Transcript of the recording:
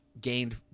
gained